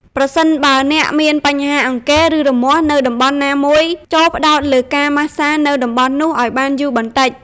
ប្រសិនបើអ្នកមានបញ្ហាអង្គែរ ឬរមាស់នៅតំបន់ណាមួយ ចូរផ្តោតលើការម៉ាស្សានៅតំបន់នោះឲ្យបានយូរបន្តិច។